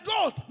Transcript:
God